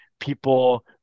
People